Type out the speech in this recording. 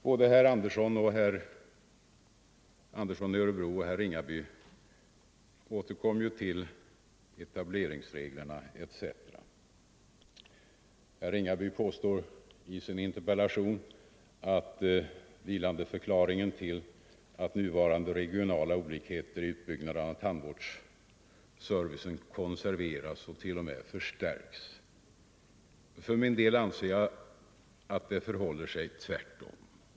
Både herr Andersson i Örebro och herr Ringaby återkom till etableringsreglerna etc. Herr Ringaby påstår i sin interpellation att vilandeförklaringen är orsak till att nuvarande regionala olikheter i utbyggnaden av tandvårdsservicen konserveras och t.o.m. förstärks. För min del anser jag att det förhåller sig tvärtom.